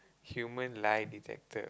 human lie detector